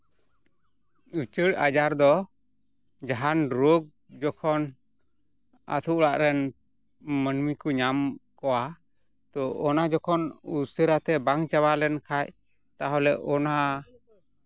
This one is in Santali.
ᱩᱪᱟᱹᱲ ᱟᱡᱟᱨ ᱫᱚ ᱡᱟᱦᱟᱱ ᱨᱳᱜᱽ ᱡᱚᱠᱷᱚᱱ ᱟᱛᱳ ᱚᱲᱟᱜ ᱨᱮᱱ ᱢᱟᱹᱱᱢᱤ ᱠᱚ ᱧᱟᱢ ᱠᱚᱣᱟ ᱛᱚ ᱚᱱᱟ ᱡᱚᱠᱷᱚᱱ ᱩᱥᱟᱹᱨᱟ ᱛᱮ ᱵᱟᱝ ᱪᱟᱵᱟ ᱞᱮᱱᱠᱷᱟᱡ ᱛᱟᱦᱚᱞᱮ ᱚᱱᱟ